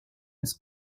his